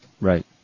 Right